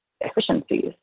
efficiencies